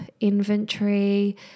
inventory